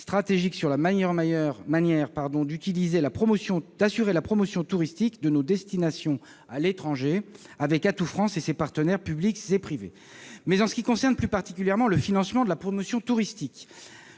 stratégique sur la meilleure manière d'assurer la promotion touristique de nos destinations à l'étranger avec Atout France et ses partenaires publics et privés. En ce qui concerne plus particulièrement le financement de la promotion touristique,